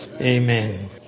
Amen